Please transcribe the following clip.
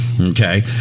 Okay